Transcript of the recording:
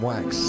Wax